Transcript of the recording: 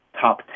top